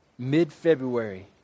Mid-February